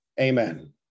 Amen